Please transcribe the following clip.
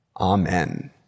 Amen